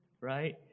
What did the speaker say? right